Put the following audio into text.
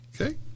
Okay